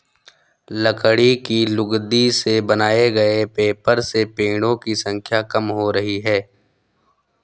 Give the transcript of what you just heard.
लकड़ी की लुगदी से बनाए गए पेपर से पेङो की संख्या कम हो रही है